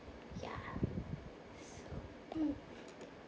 ya so mm